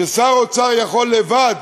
ששר אוצר יכול לבד